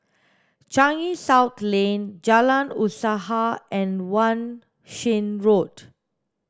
Changi South Lane Jalan Usaha and Wan Shih Road